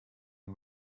you